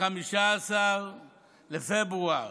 ב-15 בפברואר,